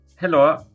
Hello